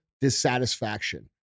dissatisfaction